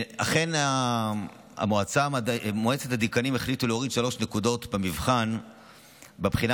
אכן מועצת הדיקנים החליטה להוריד שלוש נקודות בבחינה הסופית,